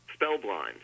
Spellblind